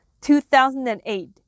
2008